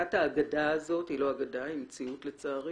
והפסקת האגדה הזו לא אגדה אלא מציאות לצערי